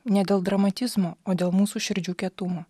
ne dėl dramatizmo o dėl mūsų širdžių kietumo